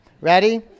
Ready